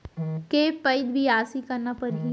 के पइत बियासी करना परहि?